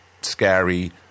scary